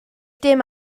dim